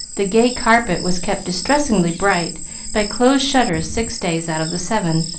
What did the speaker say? the gay carpet was kept distressingly bright by closed shutters six days out of the seven,